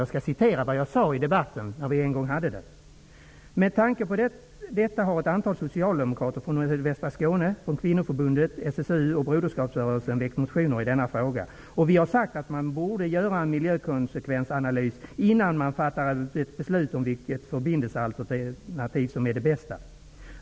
Jag vill referera vad jag sade i en tidigare debatt: Med tanke på detta har ett antal socialdemokrater från västra Skåne, Kvinnoförbundet, SSU och Broderskapsrörelsen väckt motioner i denna fråga. Vi har sagt att man borde göra en miljökonsekvensanalys innan man fattar ett beslut om vilket förbindelsealternativ som är det bästa.